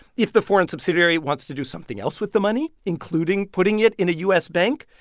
if the foreign subsidiary wants to do something else with the money, including putting it in a u s. bank,